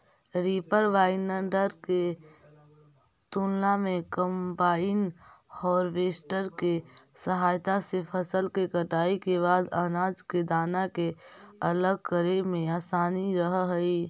reaper binder के तुलना में कम्बाइन हार्वेस्टर के सहायता से फसल के कटाई के बाद अनाज के दाना के अलग करे में असानी रहऽ हई